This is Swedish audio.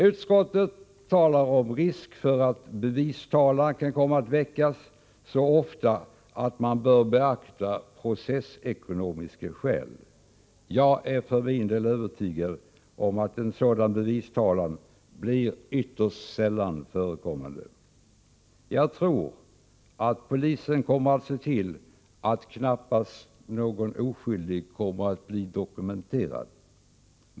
Utskottet talar om risk för att bevistalan kan komma att väckas så ofta att man bör beakta processekonomiska skäl. Jag är för min del övertygad om att en sådan bevistalan blir ytterst sällan förekommande. Jag tror att polisen kommer att se till att knappast någon oskyldig blir dokumenterad.